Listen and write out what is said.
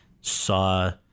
saw